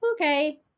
okay